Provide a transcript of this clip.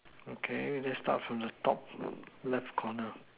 okay let's start from the top left corner